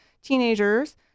teenagers